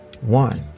One